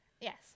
Yes